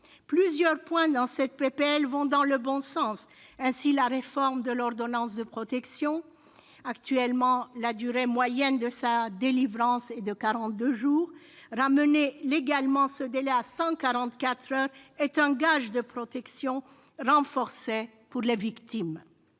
cette proposition de loi vont dans le bon sens. Je pense à la réforme de l'ordonnance de protection. Actuellement, la durée moyenne de délivrance est de 42 jours. Ramener légalement le délai à 144 heures sera un gage de protection renforcée pour les victimes.